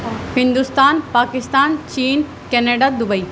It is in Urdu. ہندوستان پاکستان چین کینیڈا دبئی